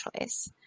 choice